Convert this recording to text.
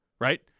right